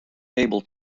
able